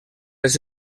les